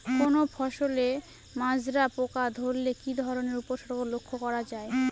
কোনো ফসলে মাজরা পোকা ধরলে কি ধরণের উপসর্গ লক্ষ্য করা যায়?